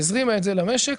והזרימה את זה למשק